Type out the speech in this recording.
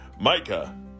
Micah